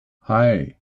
hei